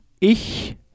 Ich